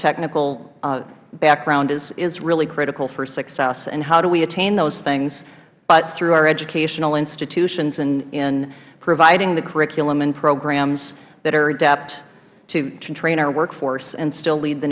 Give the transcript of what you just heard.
technical background is really critical for success and how do we attain those things but through our educational institutions in providing the curriculum and programs that are adept to train our workforce and still lead the